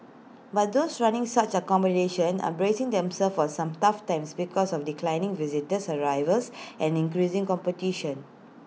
but those running such accommodation are bracing themselves for some tough times because of declining visitors arrivals and increasing competition